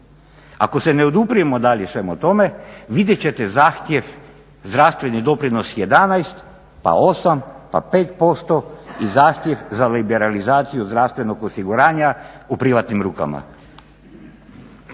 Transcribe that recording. Ako se ne odupremo dalje svemu tome vidjet ćete zahtjev, zdravstveni doprinos 11% pa 8% pa 5% i zahtjev za liberalizaciju zdravstvenog osiguranja u privatnim rukama.